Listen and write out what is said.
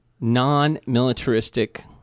non-militaristic